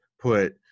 put